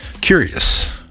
Curious